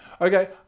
Okay